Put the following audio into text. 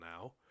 now